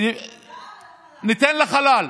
משרד המדע והחלל, ניתן לחלל.